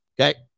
Okay